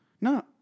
No